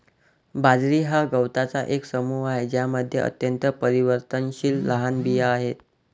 बाजरी हा गवतांचा एक समूह आहे ज्यामध्ये अत्यंत परिवर्तनशील लहान बिया आहेत